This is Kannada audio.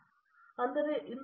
ಪ್ರತಾಪ್ ಹರಿಡೋಸ್ ಸರಿ